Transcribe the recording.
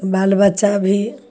बालबच्चा भी